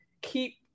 keep